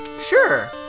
Sure